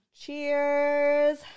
Cheers